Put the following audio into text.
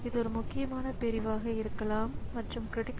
அவற்றிற்க்கென்று தனிப்பட்ட கண்ட்ரோலர் தேவைப்படுகிறது